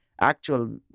actual